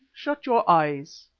shut your eyes,